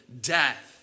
death